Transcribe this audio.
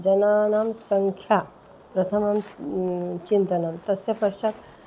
जनानां सङ्ख्या प्रथमं चिन्तनं तस्य पश्चात्